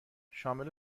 شامل